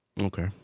Okay